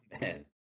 man